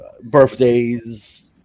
birthdays